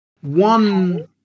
one